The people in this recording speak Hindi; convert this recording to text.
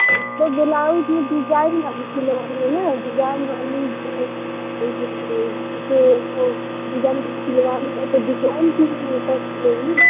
एक तो ब्लाउज में डिजाइन वाली सिलवानी है ना डिजाइन वाली जो डिजाइन वाली सिलवानी है तो डिजाइन के भी पैसे लेंगी